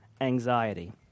anxiety